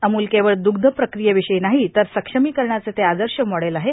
अमूल केवळ द्रग्ध प्रक्रियोवषयी नाहो तर सक्षमीकरणाचे ते आदश मॉडेल आहे